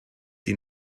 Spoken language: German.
die